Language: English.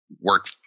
work –